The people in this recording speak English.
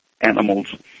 animals